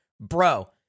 bro